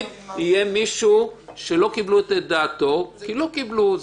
יהיה מישהו שלא קיבלו את דעתו כי לא קיבלו.